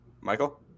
Michael